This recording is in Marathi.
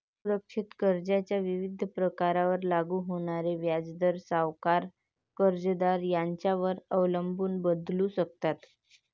असुरक्षित कर्जाच्या विविध प्रकारांवर लागू होणारे व्याजदर सावकार, कर्जदार यांच्यावर अवलंबून बदलू शकतात